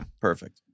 Perfect